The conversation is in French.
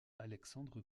alexandre